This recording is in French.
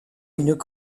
une